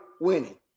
winning